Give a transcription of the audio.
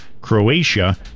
Croatia